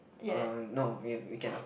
ah no we we can